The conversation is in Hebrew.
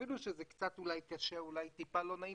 אפילו שזה אולי קצת קשה ואולי קצת לא נעים.